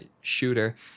shooter